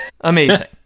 Amazing